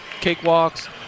cakewalks